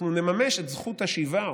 אנחנו נממש את זכות השיבה,